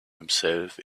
himself